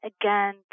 again